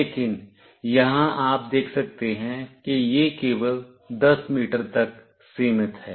लेकिन यहां आप देख सकते हैं कि यह केवल 10 मीटर तक सीमित है